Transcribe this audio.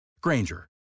Granger